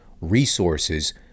resources